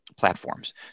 platforms